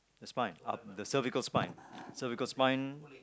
this spine uh the cervical spine cervical spine